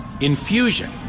Infusion